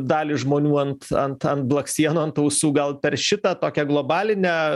dalį žmonių ant ant ant blakstienų ant ausų gal per šitą tokią globalinę